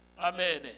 Amen